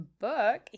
book